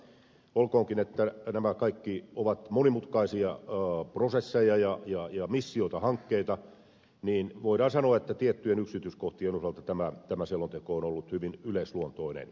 olkoonkin että nämä kaikki ovat monimutkaisia prosesseja missioita ja hankkeita niin voidaan sanoa että tiettyjen yksityiskohtien osalta tämä selonteko on ollut hyvin yleisluontoinen